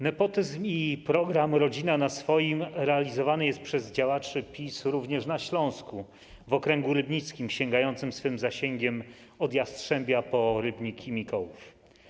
Nepotyzm i program rodzina na swoim realizowane są przez działaczy PiS również na Śląsku, w okręgu rybnickim sięgającym od Jastrzębia po Rybnik i Mikołów.